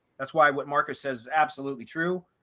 that's why what marcus says absolutely true.